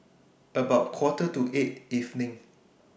about Quarter to eight evening